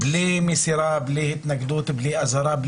בלי מסירה, בלי התנגדות, בלי אזהרה.